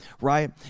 right